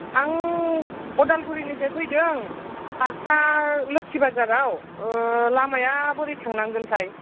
आं उदालगुरिनिफ्राय फैदों बाकसा लोक्षी बाजाराव लामाया बोरै थांनांगोनथाय